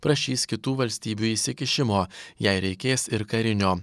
prašys kitų valstybių įsikišimo jei reikės ir karinio